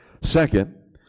Second